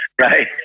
right